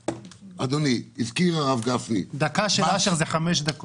אדוני, הזכיר הרב גפני מס גודש.